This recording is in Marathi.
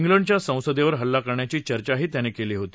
लंडच्या संसदेवर हल्ला करण्याची चर्चाही त्याने केली होती